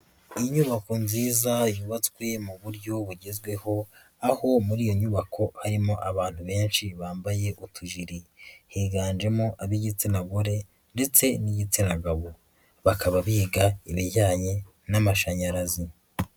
Inyubako nziza yubatswe mu buryo bugezweho aho muri iyo nyubako harimo abantu benshi bambaye utujiri higanjemo ab'igitsina gore ndetse n'igitsina gabo, bakaba biga ibijyanye n'amashanyarazi.